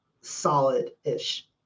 solid-ish